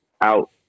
out